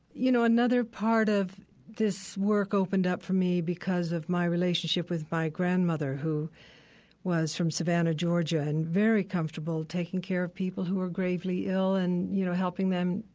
you know, another part of this work opened up for me because of my relationship with my grandmother, who was from savannah, georgia, and very comfortable taking care of people who were gravely ill and, you know, helping them,